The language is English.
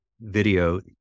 video